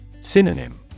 Synonym